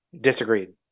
disagreed